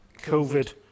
COVID